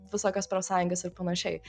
visokias profsąjungas ir panašiai